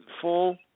full